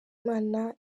imana